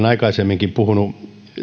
aikaisemminkin puhunut